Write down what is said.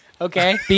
Okay